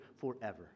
forever